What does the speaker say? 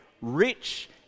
rich